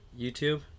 YouTube